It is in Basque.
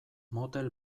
motel